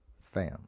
fam